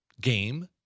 game